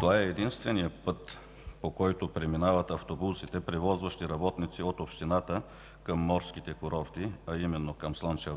Това е единственият път, по който преминават автобусите превозващи работници от общината към морските курорти, а именно към Слънчев